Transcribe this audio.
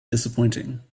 disappointing